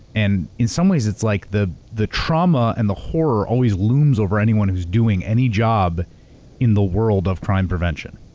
and in some ways, it's like the the trauma and the horror always looms over anyone who's doing any job in the world of crime prevention.